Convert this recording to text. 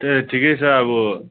ए ठिकै छ अब